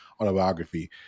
autobiography